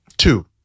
Two